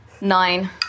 Nine